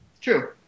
True